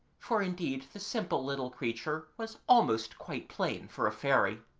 for indeed the simple little creature was almost quite plain for a fairy.